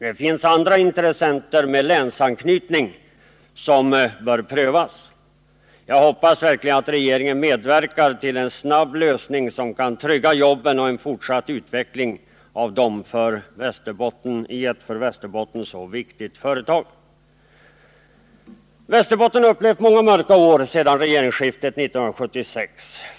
Det finns andra intressenter, med länsanknytning, och de bör prövas. Jag hoppas verkligen att regeringen medverkar till en snabb lösning som kan trygga jobben och en fortsatt utveckling av ett för Västerbotten så viktigt företag. Västerbotten har upplevt några mörka år sedan regeringsskiftet 1976.